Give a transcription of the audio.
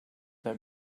that